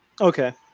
Okay